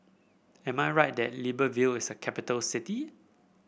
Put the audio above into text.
am I right that Libreville is a capital city